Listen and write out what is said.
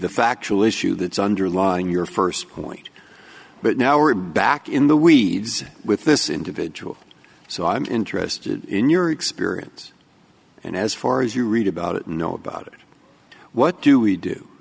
the factual issue that's underlying your first point but now we're back in the weeds with this individual so i'm interested in your experience and as far as you read about it and know about it what do we do